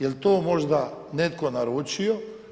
Jel to možda netko naručio?